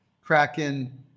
Kraken